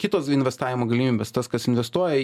kitos investavimo galimybės tas kas investuoja